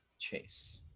Chase